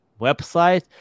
website